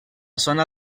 zona